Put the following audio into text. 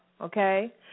okay